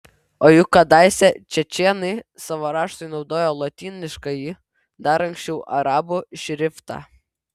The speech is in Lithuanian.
o juk kadaise čečėnai savo raštui naudojo lotyniškąjį dar anksčiau arabų šriftą